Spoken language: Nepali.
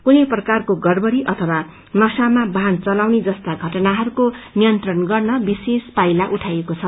कुनै प्रकारको गड़बड़ी एवं नशामा वाहन चलाउने जस्ता घटनाहरूको नियन्त्रण गर्न विशेष पाइला उठाइएको छ